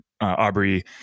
Aubrey